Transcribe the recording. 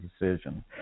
decision